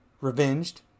Revenged